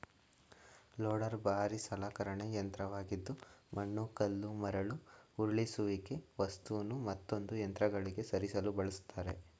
loader ಭಾರೀ ಸಲಕರಣೆ ಯಂತ್ರವಾಗಿದ್ದು ಮಣ್ಣು ಕಲ್ಲು ಮರಳು ಉರುಳಿಸುವಿಕೆ ವಸ್ತುನು ಮತ್ತೊಂದು ಯಂತ್ರಗಳಿಗೆ ಸರಿಸಲು ಬಳಸ್ತರೆ